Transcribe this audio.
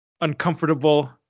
uncomfortable